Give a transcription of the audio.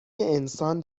انسان